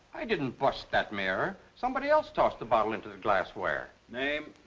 i didn't bust that mirror. somebody else tossed the bottle into the glassware. name?